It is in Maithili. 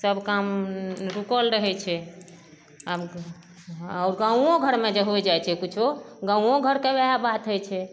सब काम रुकल रहै छै आब आओर गाँवो घरमे जे हो जाइ छै किछो गाँवो घरके वहए बात होइ छै